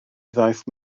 ddaeth